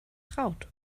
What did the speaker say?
traut